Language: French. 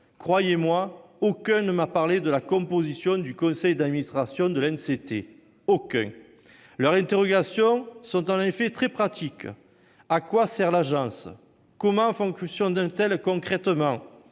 Croyez-moi, aucun élu ne m'a parlé de la composition du conseil d'administration de l'ANCT ! Les interrogations des élus sont en effet très pragmatiques : à quoi sert l'agence ? Comment fonctionnera-t-elle concrètement ?